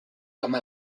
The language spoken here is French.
comme